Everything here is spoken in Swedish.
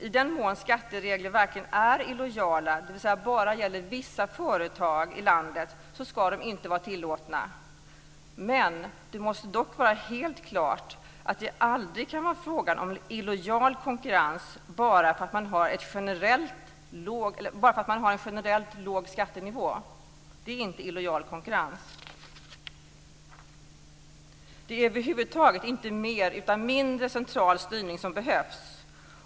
I den mån skatteregler verkligen är illojala, dvs. bara gäller vissa företag i landet, ska de inte vara tillåtna. Det måste dock vara helt klart att det aldrig kan vara fråga om illojal konkurrens bara därför att man har en generellt låg skattenivå. Det är inte illojal konkurrens. Det är över huvud taget inte mer utan mindre central styrning som behövs.